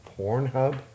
Pornhub